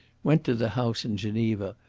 went to the house in geneva,